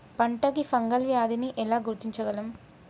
పంట కి ఫంగల్ వ్యాధి ని ఎలా గుర్తించగలం?